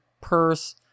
purse